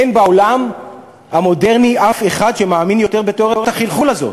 אין בעולם המודרני אף אחד שמאמין עוד בתיאוריית החלחול הזאת